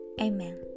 Amen